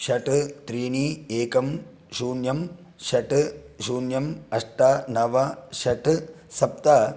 षट् त्रीणि एकं शून्यं षट् शून्यम् अष्ट नव षट् सप्त